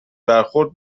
برخورد